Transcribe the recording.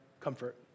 comfort